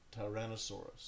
tyrannosaurus